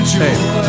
hey